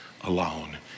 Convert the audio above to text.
alone